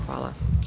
Hvala.